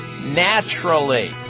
naturally